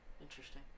Interesting